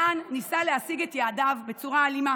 דן ניסה להשיג את יעדיו בצורה אלימה